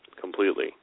completely